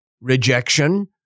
Rejection